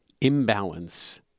imbalance